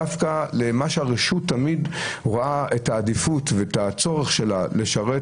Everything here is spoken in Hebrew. דווקא למה שהרשות תמיד רואה את העדיפות ואת הצורך שלה לשרת